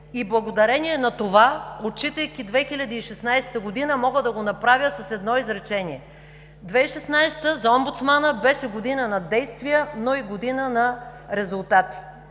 Благодарение на това, отчитайки 2016 г., мога да го направя с едно изречение – 2016 г. за омбудсмана беше година на действия, но и година на резултати.